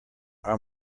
our